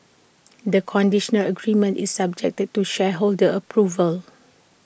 the conditional agreement is subject they to shareholder approval